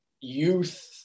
youth